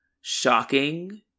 shocking